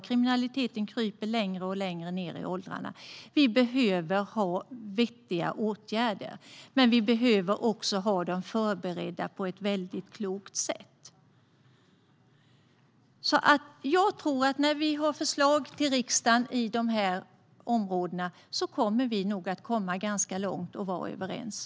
Kriminaliteten kryper längre och längre ned i åldrarna. Vi behöver ha vettiga åtgärder, men vi behöver också ha dem förberedda på ett väldigt klokt sätt. Jag tror, som sagt, att vi kommer att komma ganska bra överens när vi har förslag till riksdagen på dessa områden.